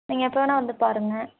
நீங்கள் எப்போ வேணால் வந்து பாருங்க